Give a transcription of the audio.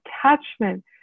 attachment